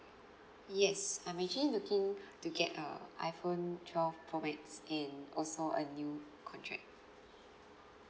yes I'm actually looking to get a iphone twelve pro max and also a new contract